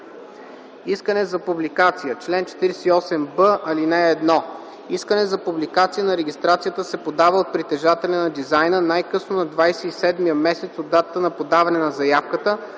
Искане за публикация на регистрацията се подава от притежателя на дизайна най-късно на 27-ия месец от датата на подаване на заявката,